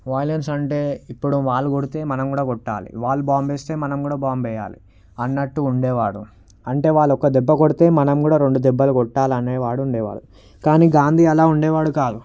violence అంటే ఇప్పుడు వాళ్లు కొడితే మనం కూడా కొట్టాలి వాళ్ళు బాంబేస్తే మనం కూడా బాంబ్ వేయాలి అన్నట్టు ఉండేవాడు అంటే వాళ్ళు ఒక దెబ్బ కొడితే మనం కూడా రెండు దెబ్బలు కొట్టాలి అనే వాడు ఉండేవాడు కానీ గాంధీ అలా ఉండేవాడు కాదు